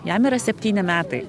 jam yra septyni metai